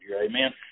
Amen